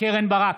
קרן ברק,